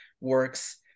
works